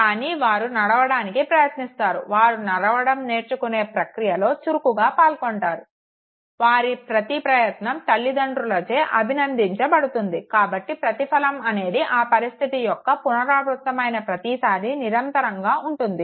కానీ వారు నడవడానికి ప్రయత్నిస్తారు వారు నడవడం నేర్చుకునే ప్రక్రియలో చురుకుగా పాల్గొంటారు వారి ప్రతి ప్రయత్నం తల్లితండ్రులచే అభినందించబడుతుంది కాబట్టి ప్రతిఫలం అనేది ఆ పరిస్థితి యొక్క పునరావృతమైన ప్రతిసారి నిరంతరంగా ఉంటుంది